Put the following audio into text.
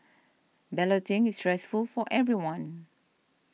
balloting is stressful for everyone